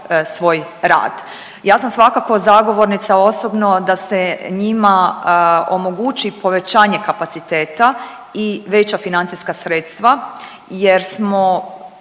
Ja sam svakako zagovornica osobno da se njima omogući povećanje kapaciteta i veća financijska sredstva jer smo